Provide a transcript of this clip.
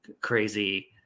crazy